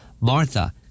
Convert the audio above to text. Martha